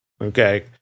Okay